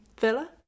Villa